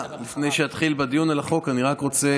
לפני שאתחיל בדיון על החוק אני רק רוצה,